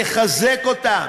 לחזק אותם,